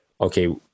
okay